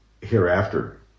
Hereafter